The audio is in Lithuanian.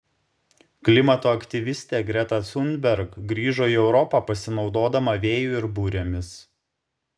klimato aktyvistė greta thunberg grįžo į europą pasinaudodama vėju ir burėmis